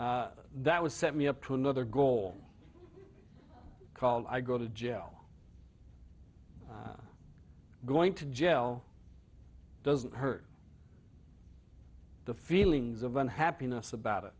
that was set me up to another goal called i go to jail going to jail doesn't hurt the feelings of unhappiness about it